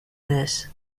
this